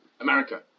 America